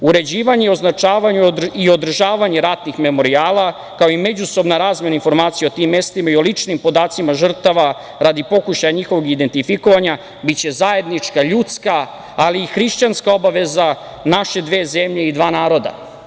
Uređivanje, označavanje i održavanje ratnih memorijala, kao i međusobna razmena informacija o tim mestima i o ličnim podacima žrtava radi pokušaja njihovog identifikovanja biće zajednička, ljudska, ali i hrišćanska obaveza naše dve zemlje i dva naroda.